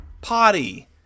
Potty